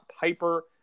Piper